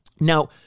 Now